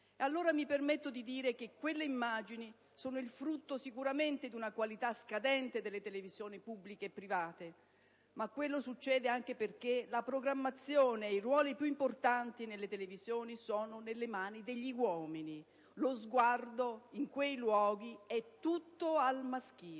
Allora, mi permetto di dire che quelle immagini sono sicuramente il frutto di una qualità scadente delle televisioni pubbliche e private, ma ciò succede anche perché la programmazione e i ruoli più importanti nelle televisioni sono nelle mani degli uomini. Lo sguardo in quei luoghi è tutto al maschile.